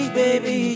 baby